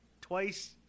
twice